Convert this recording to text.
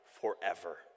forever